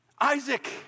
Isaac